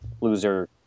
Loser